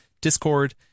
Discord